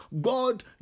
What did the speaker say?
God